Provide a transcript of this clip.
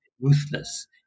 ruthless